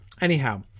anyhow